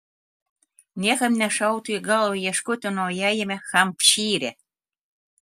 niekam nešautų į galvą ieškoti naujajame hampšyre